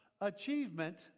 achievement